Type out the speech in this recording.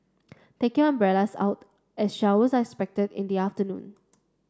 take your umbrellas out as showers are expected in the afternoon